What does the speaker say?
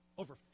Over